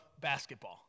basketball